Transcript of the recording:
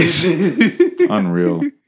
Unreal